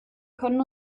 können